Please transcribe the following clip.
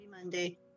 Monday